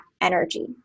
energy